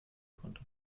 konnte